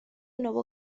nuevo